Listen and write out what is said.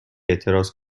اعتراض